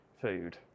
food